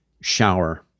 shower